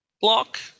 block